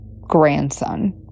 grandson